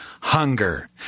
hunger